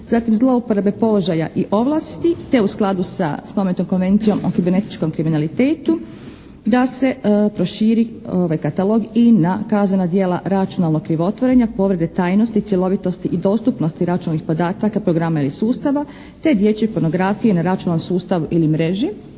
zatim zlouporabe položaja i ovlasti te u skladu sa spomenutom Konvencijom o kibernetičkom kriminalitetu da se proširi katalog i na kaznena djela računalnog krivotvorenja, povrede tajnosti, cjelovitosti i dostupnosti računalnih podataka, programa ili sustava, te dječje pornografije na računalni sustav ili mreži.